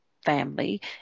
family